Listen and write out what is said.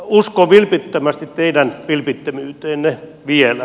uskon vilpittömästi teidän vilpittömyyteenne vielä